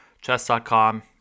chess.com